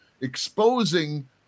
exposing